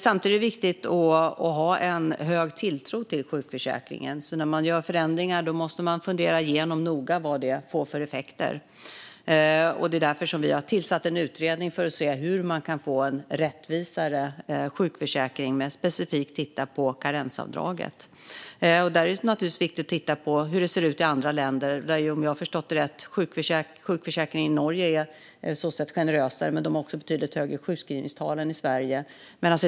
Samtidigt är det viktigt att ha en hög tilltro till sjukförsäkringen. När man gör förändringar måste man noga fundera igenom vad det får för effekter. Det är därför som vi har tillsatt en utredning om hur man kan få en rättvisare sjukförsäkring och som specifikt ska titta på karensavdraget. Där är det naturligtvis viktigt att titta på hur det ser ut i andra länder. Om jag har förstått det rätt är sjukförsäkringen i Norge generösare, men de har också betydligt högre sjukskrivningstal än vad vi har i Sverige.